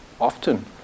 often